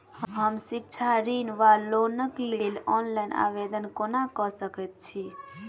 हम शिक्षा ऋण वा लोनक लेल ऑनलाइन आवेदन कोना कऽ सकैत छी?